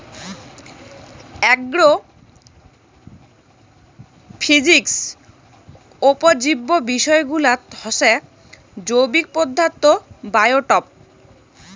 agrophysics উপজীব্য বিষয়গুলাত হসে জৈবিক পদার্থ, বায়োটোপ